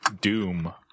Doom